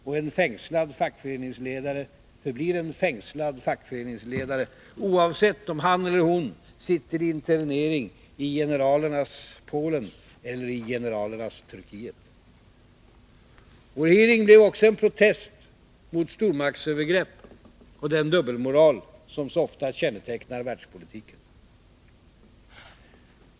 Och en fängslad fackföreningsledare förblir en fängslad fackföreningsledare, oavsett om han eller hon sitter i internering i generalernas Polen eller i generalernas Turkiet. Vår hearing blev också en protest mot stormaktsövergrepp och den dubbelmoral som ofta kännetecknar världspolitiken.